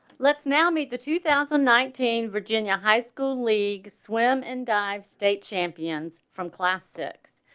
let's now meet the two thousand nineteen virginia high school league swim and dive state champions from classics.